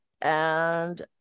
and-